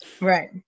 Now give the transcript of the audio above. right